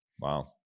Wow